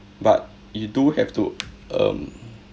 but you do have to um